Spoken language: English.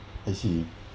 I see